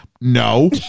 no